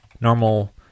normal